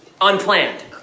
unplanned